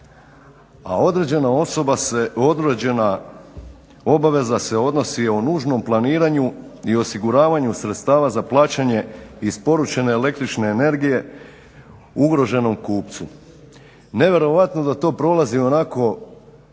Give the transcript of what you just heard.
A određena obaveza se odnosi o nužnom planiranju i osiguravanju sredstava za plaćanje isporučene električne energije ugroženom kupcu. Nevjerojatno da to prolazi onako